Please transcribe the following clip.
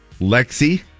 Lexi